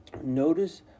Notice